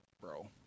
bro